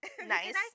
Nice